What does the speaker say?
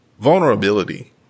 vulnerability